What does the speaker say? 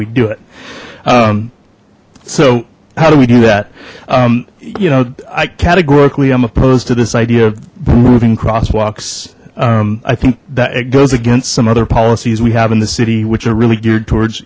we do it so how do we do that you know i categorically i'm opposed to this idea of removing crosswalks i think that it goes against some other policies we have in the city which are really geared towards